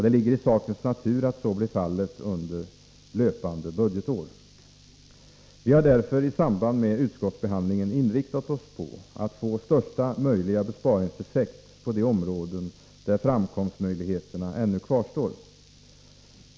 Det ligger i sakens natur att så blir fallet under det löpande budgetåret. Vi har därför i samband med utskottsbehandlingen inriktat oss på att få största möjliga besparingseffekt på de områden där framkomstmöjligheterna ännu kvarstår.